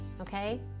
Okay